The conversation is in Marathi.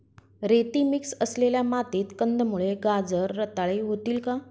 रेती मिक्स असलेल्या मातीत कंदमुळे, गाजर रताळी होतील का?